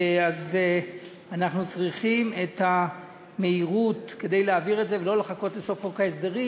אז אנחנו צריכים להעביר את זה במהירות ולא לחכות לסוף חוק ההסדרים.